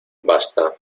basta